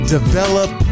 Develop